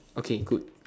okay good